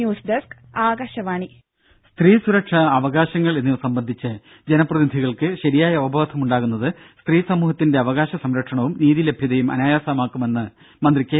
news desk Akashvani ദേദ സ്ത്രീസുരക്ഷ അവകാശങ്ങൾ എന്നിവ സംബന്ധിച്ച് ജന പ്രതിനിധികൾക്ക് ശരിയായ അവബോധം ഉണ്ടാകുന്നത് സ്ത്രീ സമൂഹത്തിന്റെ അവകാശ സംരക്ഷണവും നീതി ലഭ്യതയും അനായാസമാക്കുമെന്ന് മന്ത്രി കെ